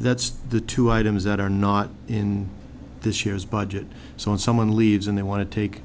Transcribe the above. that's the two items that are not in this year's budget so when someone leaves and they want to take